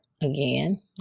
again